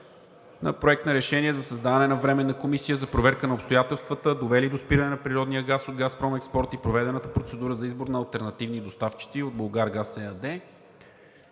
на Проект на решение за създаване на Временна комисия за проверка на обстоятелствата, довели до спиране на природния газ от „Газпром Експорт“, и проведената процедура за избор на алтернативни доставчици от „Булгаргаз“